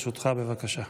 לרשותך, בבקשה.